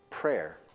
Prayer